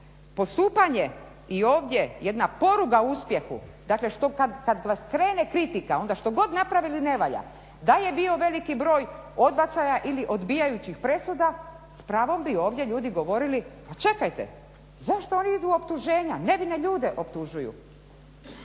Postupanje i ovdje jedna poruga uspjehu, dakle kad vas krene kritika onda što god napravili ne valja. Da je bio veliki broj odbačaja ili odbijajućih presuda, s pravom bi ovdje ljudi govorili pa čekajte, zašto oni idu u optuženja, nevine ljude optužuju.